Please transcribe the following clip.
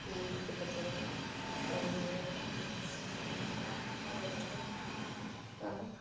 इयां निक्के बच्चे दिया ओह् होदियां जेहड़िया ओहदे कन्नै हां